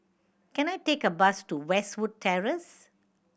can I take a bus to Westwood Terrace